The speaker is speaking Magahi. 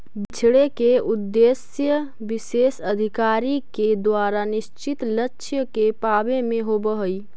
बिछड़े के उद्देश्य विशेष अधिकारी के द्वारा निश्चित लक्ष्य के पावे में होवऽ हई